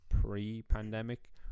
pre-pandemic